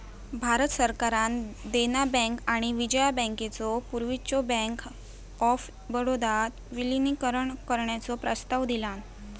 भारत सरकारान देना बँक आणि विजया बँकेचो पूर्वीच्यो बँक ऑफ बडोदात विलीनीकरण करण्याचो प्रस्ताव दिलान